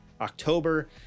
October